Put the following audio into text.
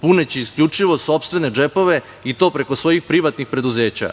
puneći isključivo sopstvene džepove, i to preko svojih privatnih preduzeća.